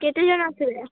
କେତେ ଜଣ ଆସିବେ